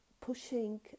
pushing